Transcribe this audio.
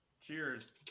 Cheers